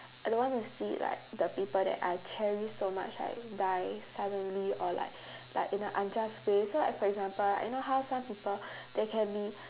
I don't want to see like the people that I cherish so much like die suddenly or like like in a unjust way so like for example like you know how some people they can be